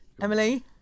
Emily